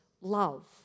love